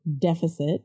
deficit